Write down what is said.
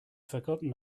forgotten